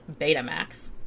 Betamax